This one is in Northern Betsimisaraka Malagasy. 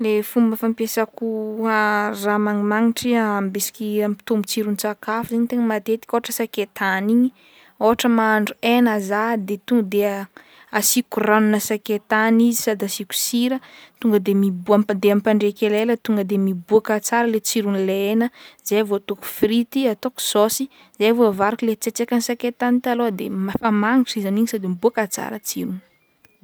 Ny fomba fampiasako raha magnimagnitry ambesiky ampitombo tsirontsakafo zegny tegna matetiky ôhatra sakaitany igny ôhatra mahandro hena zaho de ton'de asiako ranona sakaitany izy sady asiako sira tonga de miboa- amp- de ampandriako elaela tonga de miboaka tsara lay tsiron'le hena zay vao ataoko frity ataoko saosy zay vao avariko le tsaitsaikin'ny sakaitany talôha de efa magnitry izy amin'igny sady miboaka tsara tsirony.